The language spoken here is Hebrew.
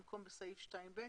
במקום "בסעיף 2(ב),